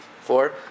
four